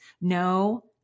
no